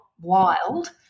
wild